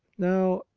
now,